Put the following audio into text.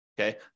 okay